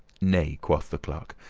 nay, quoth the clerk,